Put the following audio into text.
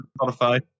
Spotify